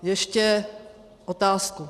Ještě otázku.